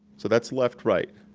so that's left right.